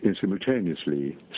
simultaneously